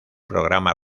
programa